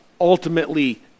ultimately